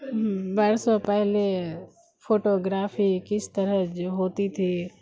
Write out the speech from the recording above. برسوں پہلے فوٹوگرافی کس طرح جو ہوتی تھی